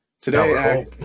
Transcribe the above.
today